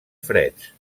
freds